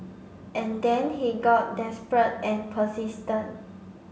and then he got desperate and persistent